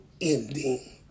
ending